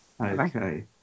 Okay